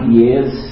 years